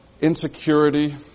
insecurity